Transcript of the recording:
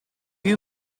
you